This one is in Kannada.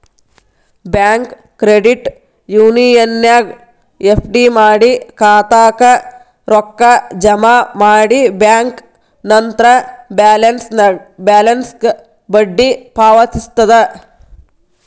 ಬ್ಯಾಂಕ್ ಕ್ರೆಡಿಟ್ ಯೂನಿಯನ್ನ್ಯಾಗ್ ಎಫ್.ಡಿ ಮಾಡಿ ಖಾತಾಕ್ಕ ರೊಕ್ಕ ಜಮಾ ಮಾಡಿ ಬ್ಯಾಂಕ್ ನಂತ್ರ ಬ್ಯಾಲೆನ್ಸ್ಗ ಬಡ್ಡಿ ಪಾವತಿಸ್ತದ